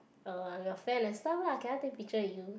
uh I'm your fan and stuff lah can I take picture with you